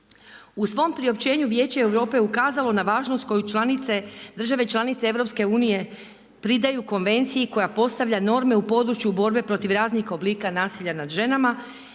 U svom priopćenju Vijeće Europe je ukazalo na važnost koju članice, države članice EU-a, pridaju konvenciji koja postavlja norme u području borbe protiv raznih oblika nasilja nad ženama,